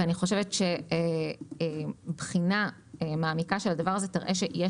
ואני חושבת שבחינה מעמיקה של הדבר הזה תראה שיש